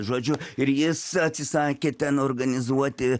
žodžiu ir jis atsisakė ten organizuoti